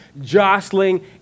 jostling